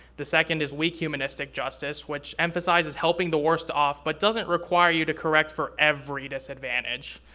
the second is weak humanistic justice, which emphasizes helping the worst off, but doesn't require you to correct for every disadvantage.